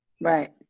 right